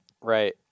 Right